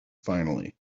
finally